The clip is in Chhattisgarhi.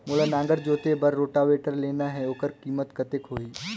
मोला नागर जोते बार रोटावेटर लेना हे ओकर कीमत कतेक होही?